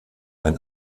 ein